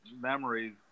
memories